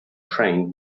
train